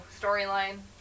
storyline